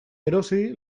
erosi